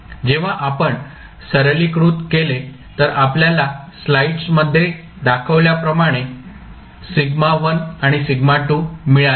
जेव्हा आपण सरलीकृत केले तर आपल्याला स्लाइड्समध्ये दाखवल्याप्रमाणे σ1 आणि σ2 मिळाले